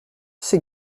ces